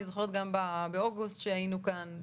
אני זוכרת גם באוגוסט כשהיינו כאן,